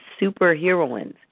Superheroines